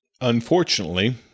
Unfortunately